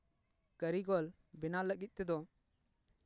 ᱠᱟᱹᱨᱤᱜᱚᱞ ᱵᱮᱱᱟᱣ ᱞᱟᱹᱜᱤᱫ ᱛᱮᱫᱚ